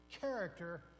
Character